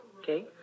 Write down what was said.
Okay